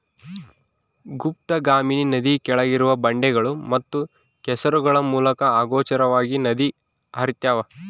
ಗುಪ್ತಗಾಮಿನಿ ನದಿ ಕೆಳಗಿರುವ ಬಂಡೆಗಳು ಮತ್ತು ಕೆಸರುಗಳ ಮೂಲಕ ಅಗೋಚರವಾಗಿ ನದಿ ಹರ್ತ್ಯಾವ